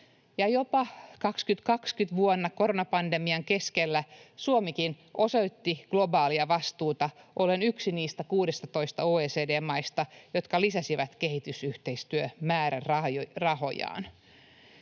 Jopa vuonna 2020 koronapandemian keskelläkin Suomi osoitti globaalia vastuuta ollen yksi niistä 16 OECD-maasta, jotka lisäsivät kehitysyhteistyömäärärahojaan.